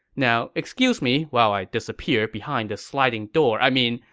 now excuse me while i disappear behind this sliding door, i mean,